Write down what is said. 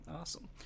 Awesome